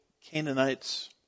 Canaanites